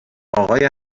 آقای